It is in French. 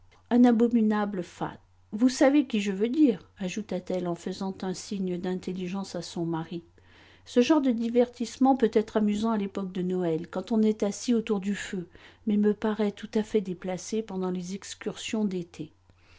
un abominable fat vous savez qui je veux dire ajouta-t-elle en faisant un signe d'intelligence à son mari ce genre de divertissement peut être amusant à l'époque de noël quand on est assis autour du feu mais me paraît tout à fait déplacé pendant les excursions d'été